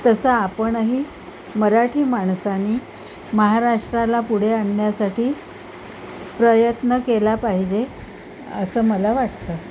तसं आपणही मराठी माणसानी महाराष्ट्राला पुढे आणण्यासाठी प्रयत्न केला पाहिजे असं मला वाटतं